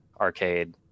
arcade